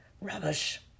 Rubbish